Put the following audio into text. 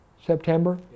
September